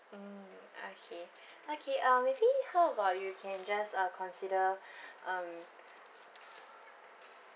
mm okay okay uh maybe how about you can just uh consider um